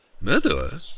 Murderer